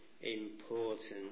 important